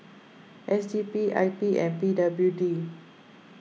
S D P I P and P W D